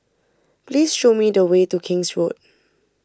please show me the way to King's Road